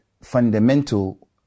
fundamental